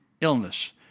illness